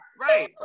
right